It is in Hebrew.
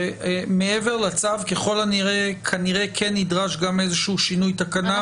מעבר לצו ככל הנראה כנראה כן נדרש גם איזה שהוא שינוי תקנה,